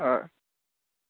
होय